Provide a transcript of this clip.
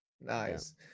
Nice